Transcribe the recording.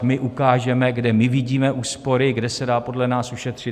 My ukážeme, kde my vidíme úspory, kde se dá podle nás ušetřit.